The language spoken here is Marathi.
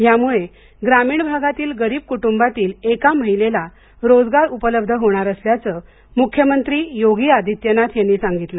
यामुळे ग्रामीण भागातील गरीब कुटूंबातील एका महिलेला रोजगार उपलब्ध होणार असल्याचं मुख्यमंत्री योगी आदित्यनाथ यांनी सांगितलं